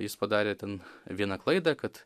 jis padarė ten vieną klaidą kad